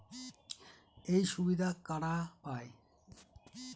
এই সুবিধা কারা পায়?